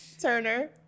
Turner